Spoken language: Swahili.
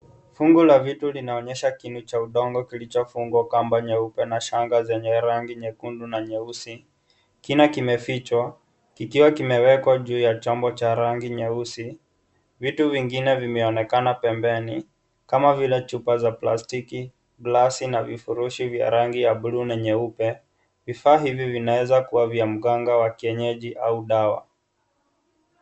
Fungu la vitu linaonyesha kitu cha udongo kilichofungwa kamba nyeupe na shanga zenye rangi nyekundu na nyeusi. Kina kimefichwa kikiwa kimewekwa juu ya chombo cha rangi nyeusi. Vitu vingine vimeonekana pembeni kama vile chupa za plastiki, glasi na vifurushi vya rangi ya bluu na nyeupe. Vifaa hivi vinaweza kuwa vya mganga wa kienyeji au dawa.